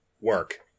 work